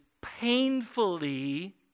painfully